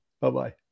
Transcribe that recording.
Bye-bye